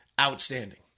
outstanding